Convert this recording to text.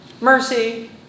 mercy